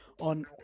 on